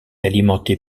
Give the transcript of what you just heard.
alimenté